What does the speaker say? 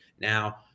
Now